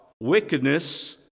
wickedness